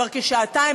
כבר כשעתיים,